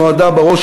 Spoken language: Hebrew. בהצבעה.